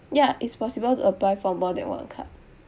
ya it's possible to apply for more than one card